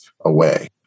away